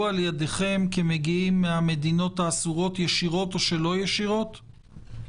על ידכם כמגיעים מהמדינות האסורות ישירות או שלא ישירות?